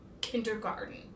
kindergarten